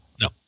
no